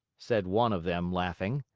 said one of them, laughing.